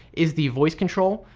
is the voice control.